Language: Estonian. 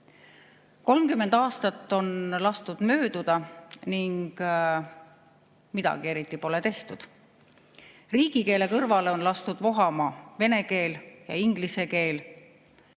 30 aastat on lastud mööduda ning eriti midagi pole tehtud. Riigikeele kõrval on lastud vohama vene keel ja inglise keel.